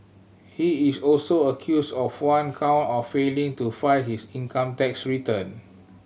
he is also accused of one count of failing to file his income tax return